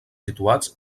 situats